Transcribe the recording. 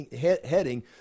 heading